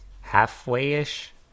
halfway-ish